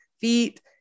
feet